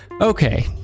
Okay